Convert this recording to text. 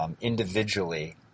individually